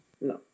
No